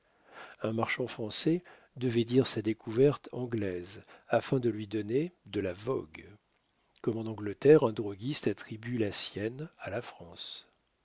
un marchand français devait dire sa découverte anglaise afin de lui donner de la vogue comme en angleterre un droguiste attribue la sienne à la france